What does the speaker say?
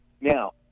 now